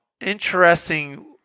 interesting